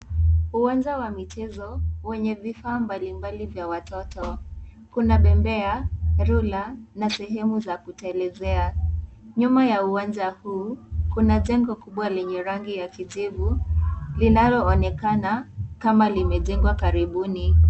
Uwanja wa michezo, wenye vifaa mbalimbali vya watoto. Kuna bembea, rula, na sehemu za kutelezea. Nyuma ya uwanja huu, kuna jengo kubwa lenye rangi ya kijivu, linaloonekana kama limejengwa karibuni.